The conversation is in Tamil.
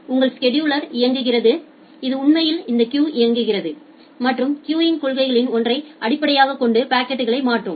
உங்கள் ஸெடுலர் இயங்குகிறது இது உண்மையில் இந்த கியூவில் இயங்குகிறது மற்றும் கியூங் கொள்கைகளில் ஒன்றை அடிப்படையாகக் கொண்டு பாக்கெட்களை மாற்றும்